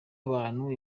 abantu